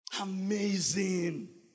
Amazing